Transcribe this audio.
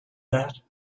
that